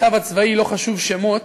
הכתב הצבאי, לא חשוב שמות,